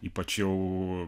ypač jau